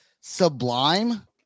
Sublime